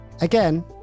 Again